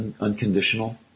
unconditional